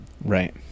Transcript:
Right